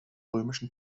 römischen